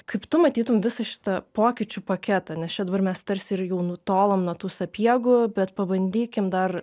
kaip tu matytum visą šitą pokyčių paketą nes čia dabar mes tarsi ir jau nutolom nuo tų sapiegų bet pabandykim dar